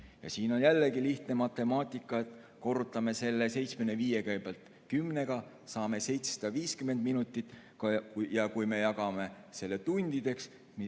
75. Siin on jällegi lihtne matemaatika. Korrutame selle 75 kõigepealt 10‑ga, saame 750 minutit, ja kui me jagame selle tundideks,